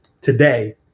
today